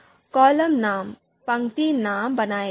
column नाम पंक्ति नाम बनाएँ